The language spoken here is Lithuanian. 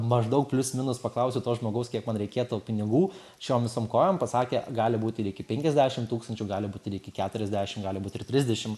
maždaug plius minus paklausiau to žmogaus kiek man reikėtų pinigų šiom visom kojom pasakė gali būt ir iki penkiasdešim tūkstančių gali būt ir iki keturiasdešim gali būt ir trisdešim